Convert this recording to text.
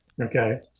Okay